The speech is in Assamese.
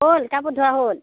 হ'ল কাপোৰ ধোৱা হ'ল